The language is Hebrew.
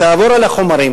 תעבור על החומרים